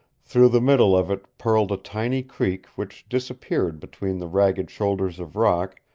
through the middle of it purled a tiny creek which disappeared between the ragged shoulders of rock,